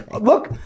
look